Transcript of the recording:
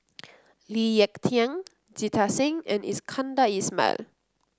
Lee Ek Tieng Jita Singh and Iskandar Ismail